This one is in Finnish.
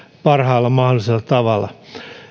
parhaalla mahdollisella tavalla